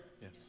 Yes